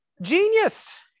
genius